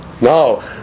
No